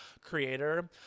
creator